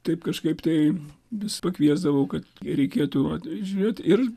taip kažkaip tai vis pakviesdavau kad reikėtų atvažiuot ir